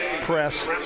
press